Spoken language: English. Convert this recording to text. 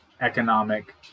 economic